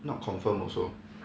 not confirm also